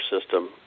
system